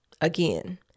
Again